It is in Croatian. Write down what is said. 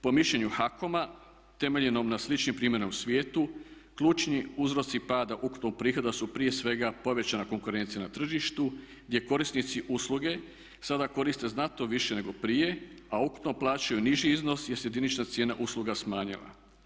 Po mišljenju HAKOM-a temeljenom na sličnim primjerom u svijetu ključni uzroci pada ukupnog prihoda su prije svega povećana konkurencija na tržištu gdje korisnici usluge sada koriste znatno više nego prije, a ukupno plaćaju niži iznos jer se jedinična cijena usluga smanjila.